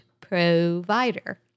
provider